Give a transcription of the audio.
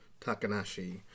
Takanashi